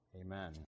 Amen